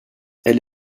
elle